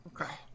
Okay